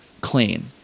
clean